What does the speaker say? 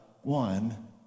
one